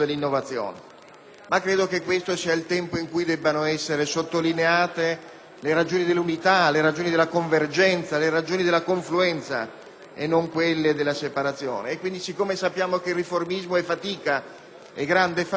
Ma credo che questo sia il tempo in cui debbano essere sottolineate le ragioni dell'unità, della convergenza e della confluenza, e non quelle della separazione. Pertanto, poiché sappiamo che riformismo è grande fatica,